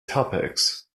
topics